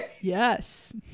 Yes